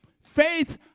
Faith